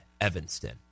Evanston